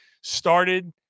started